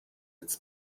its